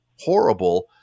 horrible